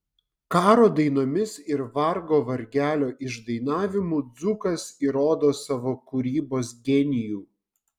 karo dainomis ir vargo vargelio išdainavimu dzūkas įrodo savo kūrybos genijų